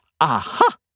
Aha